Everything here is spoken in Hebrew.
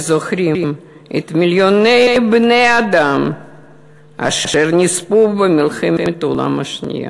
וזוכרים את מיליוני בני-האדם אשר נספו במלחמת העולם השנייה.